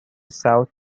south